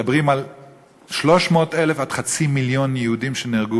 מדברים על 300,000 עד חצי מיליון יהודים שנהרגו